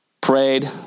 prayed